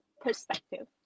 perspective